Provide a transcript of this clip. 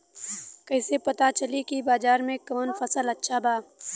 कैसे पता चली की बाजार में कवन फसल अच्छा बा?